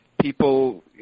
people